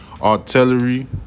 artillery